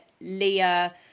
Leah